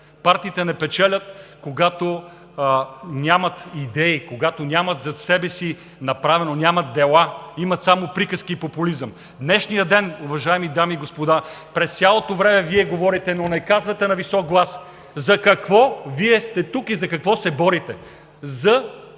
Партиите не печелят, когато нямат идеи, когато нямат дела, имат само приказки и популизъм. В днешния ден, уважаеми дами и господа, през цялото време Вие говорите, но не казвате на висок глас за какво сте тук и за какво се борите. За